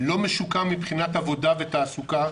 לא משוקם מבחינת עבודה ותעסוקה,